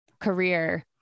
career